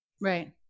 Right